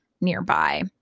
nearby